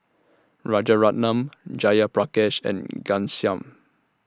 Rajaratnam Jayaprakash and Ghanshyam